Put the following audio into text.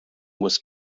was